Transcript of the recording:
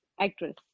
actress